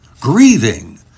grieving